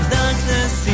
darkness